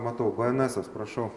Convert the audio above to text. matau bnsas prašau